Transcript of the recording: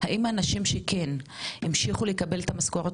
האם האנשים שכן המשיכו לקבל את המשכורת